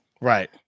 Right